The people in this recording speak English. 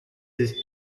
his